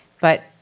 but-